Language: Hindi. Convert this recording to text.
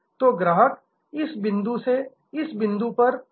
तो ग्राहक इस बिंदु से इस बिंदु पर जाता है